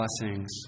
blessings